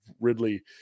Ridley